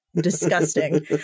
Disgusting